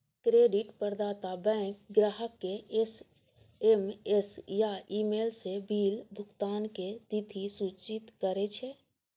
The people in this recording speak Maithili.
क्रेडिट प्रदाता बैंक ग्राहक कें एस.एम.एस या ईमेल सं बिल भुगतानक तिथि सूचित करै छै